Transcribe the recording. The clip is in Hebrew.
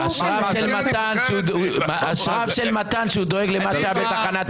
אשריו של מתן שהוא דואג למה שהיה בתחנת הדלק.